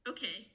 Okay